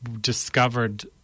discovered